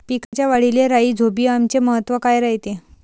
पिकाच्या वाढीले राईझोबीआमचे महत्व काय रायते?